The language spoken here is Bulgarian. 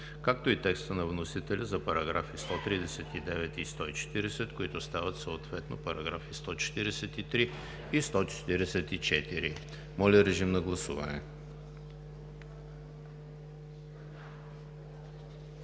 145; и текста на вносителя за параграфи 139 и 140, които стават съответно параграфи 143 и 144. Гласували